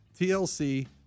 TLC